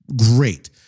Great